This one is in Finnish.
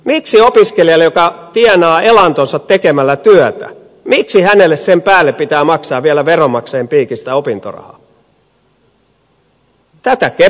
miksi opiskelijalle joka tienaa elantonsa tekemällä työtä sen päälle pitää maksaa vielä veronmaksajien piikistä opintorahaa